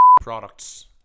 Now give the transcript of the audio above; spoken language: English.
products